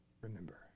remember